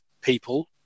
people